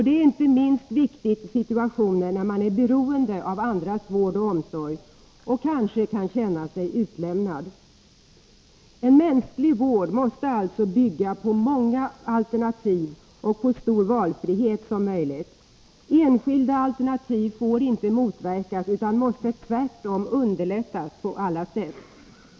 Detta är inte minst viktigt i situationer då man är beroende av andras vård och omsorg och kanske känner sig utlämnad. En mänsklig vård måste bygga på många alternativ och ge så stor valfrihet som möjligt. Enskilda alternativ får inte motverkas utan måste tvärtom underlättas.